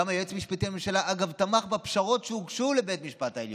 גם היועץ המשפטי לממשלה אגב תמך בפשרות שהוגשו לבית המשפט העליון,